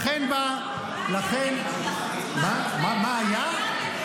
מה היה בניגוד לחוק?